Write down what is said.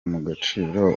mugaciro